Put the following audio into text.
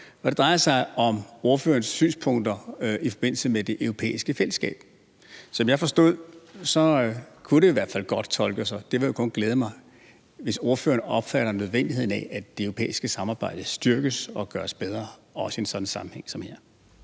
Det drejer sig om ordførerens synspunkter i forbindelse med Den Europæiske Union. Som jeg forstod det, kunne det i hvert fald godt tolkes sådan – og det vil jo kun glæde mig – at ordføreren opfatter nødvendigheden af, at det europæiske samarbejde styrkes og gøres bedre, også i sådan en sammenhæng som den